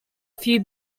few